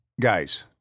guys